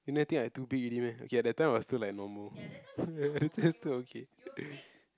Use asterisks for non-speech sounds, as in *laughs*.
you know I think I too big already meh okay that time I was still like normal *breath* that's still okay *laughs*